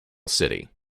city